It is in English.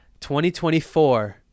2024